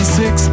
six